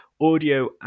audio